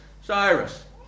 Cyrus